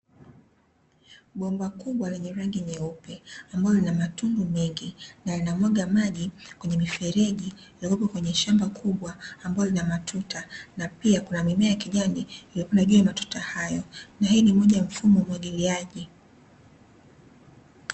Bomba kubwa lenye rangi nyeupe ambalo lina matundu mengi, na linamwaga maji kwenye mifereji yaliyokuwepo kwenye shamba kubwa ambalo lina matuta, na pia kuna mimea ya kijani iliyopandwa juu ya matuta hayo, na hii ni moja ya mfumo wa umwagiliaji.